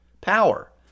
power